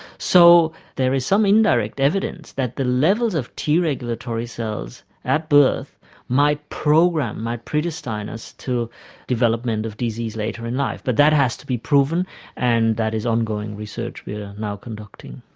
so there is some indirect evidence that the level of t regulatory cells at birth might program, might predestine us to development of disease later in life. but that has to be proven and that is ongoing research we are now conducting.